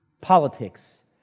Politics